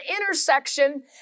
intersection